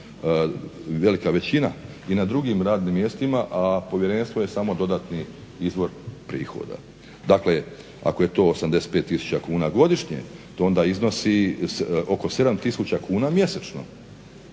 velika većina i na drugim radnim mjestima, a povjerenstvo je samo dodatni izvor prihoda. Dakle, ako je to 85000 kuna godišnje to onda iznosi oko 7000 kuna mjesečno